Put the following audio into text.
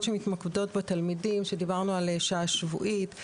שמתמקדות בתלמידים כשדיברנו על שעה שבועית.